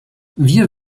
wir